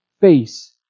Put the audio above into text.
face